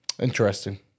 Interesting